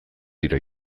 dira